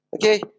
okay